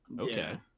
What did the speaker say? Okay